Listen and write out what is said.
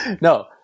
no